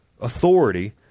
authority